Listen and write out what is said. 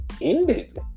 ended